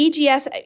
EGS